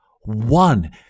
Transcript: one